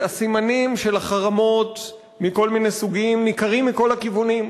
הסימנים של החרמות מכל מיני סוגים ניכרים מכל הכיוונים,